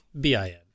B-I-N